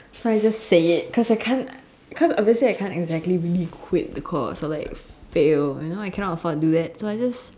so I just say it cause I can't cause obviously I can't exactly really quit the course or like fail you know I cannot afford to do that so I just